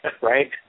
right